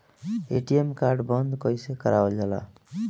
ATM card बन्द कईसे करावल जाला?